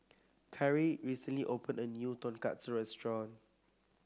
Khiry recently opened a new Tonkatsu restaurant